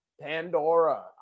Pandora